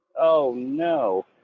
oh no!